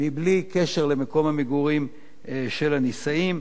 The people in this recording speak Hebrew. מבלי קשר למקום המגורים של הנישאים,